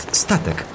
statek